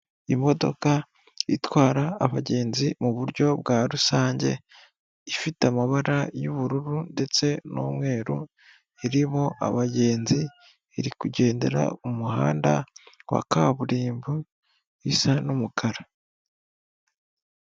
imodoka itwara abagenzi muburyo bwa rusange ifite amabara y'ubururu ndetse n'umweru iriho abagenzi irikugendera mu muhanda wa kaburimbo isa n'umukara.